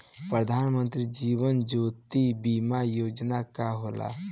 प्रधानमंत्री जीवन ज्योति बीमा योजना का होला?